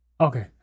Okay